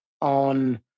on